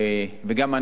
משרד התקשורת,